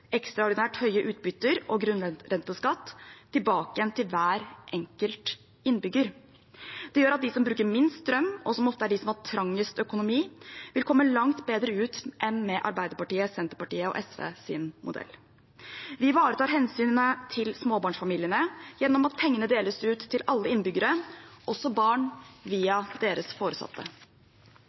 ekstraordinært høye utbytter og grunnrenteskatt tilbake igjen til hver enkelt innbygger. Det gjør at de som bruker minst strøm, og som ofte er de som har trangest økonomi, vil komme langt bedre ut enn med Arbeiderpartiets, Senterpartiets og SVs modell. Vi ivaretar hensynet til småbarnsfamiliene gjennom at pengene deles ut til alle innbyggere, også barn via deres foresatte.